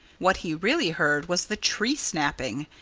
what he really heard was the tree snapping.